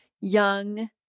young